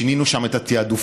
שינינו שם התעדופים,